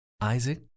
Isaac